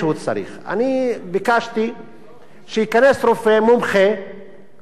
אני ביקשתי שייכנס רופא מומחה ויבדוק אותו,